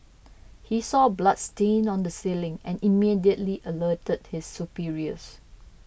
he saw bloodstain on the ceiling and immediately alerted his superiors